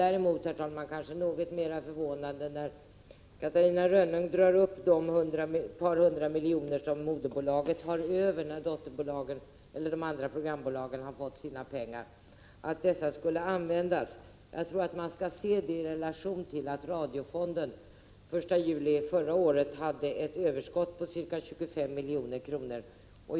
Däremot är det kanske något mer förvånande när Catarina Rönnung tar upp de ett par hundra miljoner som moderbolaget har över när de andra programbolagen har fått sina pengar och hävdar att dessa skulle användas. Jag tror att man skall se det i relation till att radiofonden den 1 juli förra året hade ett överskott på ca 25 milj.kr.